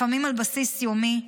לפעמים על בסיס יומי,